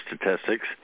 Statistics